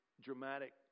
dramatic